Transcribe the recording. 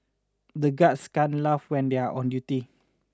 the guards can't laugh when they are on duty